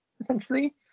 essentially